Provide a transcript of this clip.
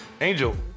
angel